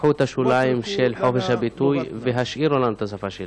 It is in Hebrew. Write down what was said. קחו את השוליים של חופש הביטוי והשאירו לנו את השפה שלנו.